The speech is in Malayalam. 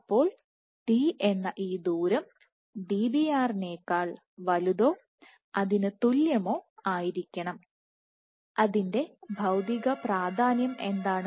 അപ്പോൾ d എന്ന ഈ ദൂരം Dbr നേക്കാൾ വലുതോ അതിന് തുല്യമോ ആയിരിക്കണം അതിന്റെ ഭൌതിക പ്രാധാന്യം എന്താണ്